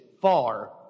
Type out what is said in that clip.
far